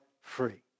free